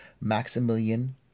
Maximilian